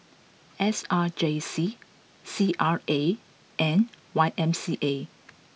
S R J C C R A and Y M C A